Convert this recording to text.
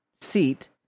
seat